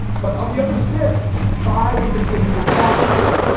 but of the other six. five of the six were caucuses.